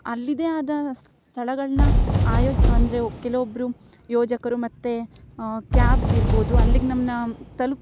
ಅಲ್ಲಿದ್ದೇ ಆದ ಸ್ಥಳಗಳನ್ನ ಆಯೋ ಅಂದರೆ ಕೆಲವೊಬ್ಬರು ಯೋಜಕರು ಮತ್ತು ಕ್ಯಾಬ್ ಇರ್ಬೋದು ಅಲ್ಲಿಗೆ ನಮ್ಮನ್ನ ತಲ್ಪು